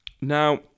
Now